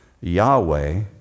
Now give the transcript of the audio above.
Yahweh